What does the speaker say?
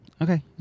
Okay